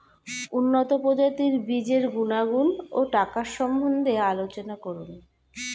উন্নত প্রজাতির বীজের গুণাগুণ ও টাকার সম্বন্ধে আলোচনা করুন